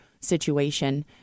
situation